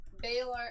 Baylor